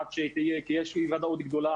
כי יש עדיין אי ודאות גדולה.